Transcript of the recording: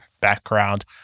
background